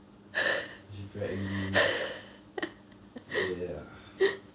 then she feel angry ya